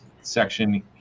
section